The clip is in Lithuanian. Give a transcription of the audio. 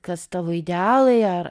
kas tavo idealai ar